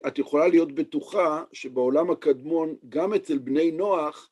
את יכולה להיות בטוחה שבעולם הקדמון, גם אצל בני נוח,